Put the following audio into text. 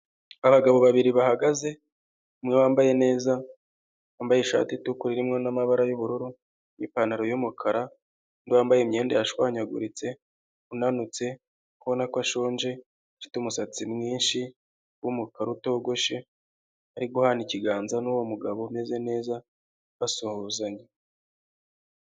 Abagabo babiri bahagaze, umwe bambaye neza, wambaye ishati itukura irimo n'amabara y'ubururu n'ipantaro y'umukara, undi wambaye imyenda yashwanyaguritse, unanutse, ubona ko ashonje afite umusatsi mwinshi w'umukara utogoshe, ari guhana ikiganza n'uwo mugabo umeze neza basuhuzanya.